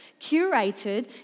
curated